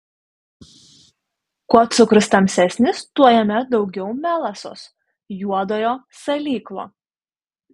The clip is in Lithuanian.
kuo cukrus tamsesnis tuo jame daugiau melasos juodojo salyklo